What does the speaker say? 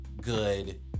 good